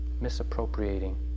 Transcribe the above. misappropriating